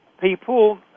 people